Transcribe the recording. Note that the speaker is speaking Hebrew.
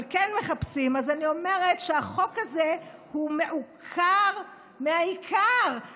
כן מחפשים, אני אומרת שהחוק הזה הוא מעוקר מהעיקר.